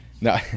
No